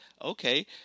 Okay